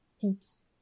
tips